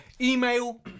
Email